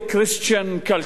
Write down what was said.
ה-Judeo-Christian Culture,